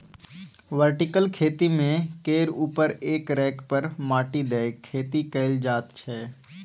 vertical खेती मे एक केर उपर एक रैक पर माटि दए खेती कएल जाइत छै